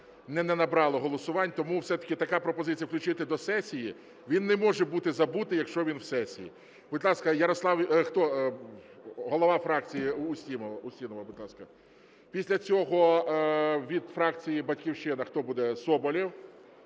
не набрало голосувань. Тому все-таки така пропозиція включити до сесії. Він не може бути забутий, якщо він в сесії. Будь ласка, Ярослав… Хто? Голова фракції Устінова, будь ласка. Після цього від фракції "Батьківщина" хто буде? Соболєв.